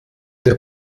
der